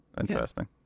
Interesting